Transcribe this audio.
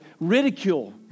ridicule